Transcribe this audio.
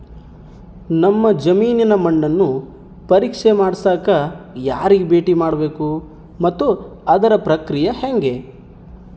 ನಮ್ಮ ಜಮೇನಿನ ಮಣ್ಣನ್ನು ಪರೇಕ್ಷೆ ಮಾಡ್ಸಕ ಯಾರಿಗೆ ಭೇಟಿ ಮಾಡಬೇಕು ಮತ್ತು ಅದರ ಪ್ರಕ್ರಿಯೆ ಹೆಂಗೆ?